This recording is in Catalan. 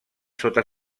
sota